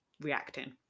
reacting